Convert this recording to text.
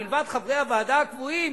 מלבד חברי הוועדה הקבועים,